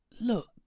look